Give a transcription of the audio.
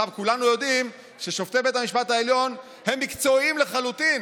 כולנו יודעים ששופטי בית המשפט העליון הם מקצועיים לחלוטין,